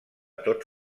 tots